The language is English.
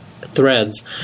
threads